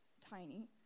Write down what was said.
tiny